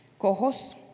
cojos